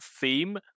theme